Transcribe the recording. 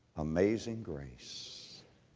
amazing grace.